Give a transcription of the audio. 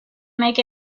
make